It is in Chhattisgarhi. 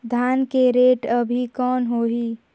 धान के रेट अभी कौन होही?